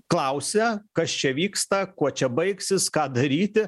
klausia kas čia vyksta kuo čia baigsis ką daryti